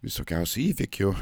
visokiausių įvykių